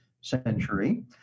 century